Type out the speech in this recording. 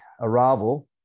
arrival